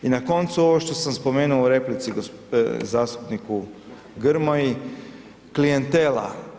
I na koncu ovo što sam spomenuo u replici zastupniku Grmoji, klijentela.